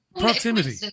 proximity